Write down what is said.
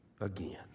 again